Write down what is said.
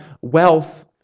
wealth